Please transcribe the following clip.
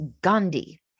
Gandhi